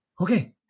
Okay